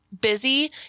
busy